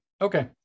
okay